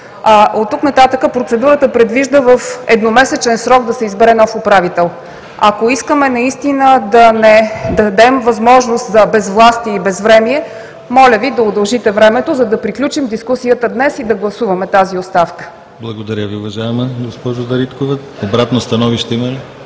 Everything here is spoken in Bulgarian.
от тук нататък процедурата предвижда в едномесечен срок да се избере нов управител. Ако искаме наистина да не дадем възможност за безвластие и безвремие, моля Ви да удължите времето, за да приключим дискусията днес и да гласуваме тази оставка. ПРЕДСЕДАТЕЛ ДИМИТЪР ГЛАВЧЕВ: Благодаря Ви, уважаема госпожо Дариткова. Обратно становище има ли?